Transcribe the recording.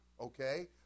okay